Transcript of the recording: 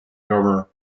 governor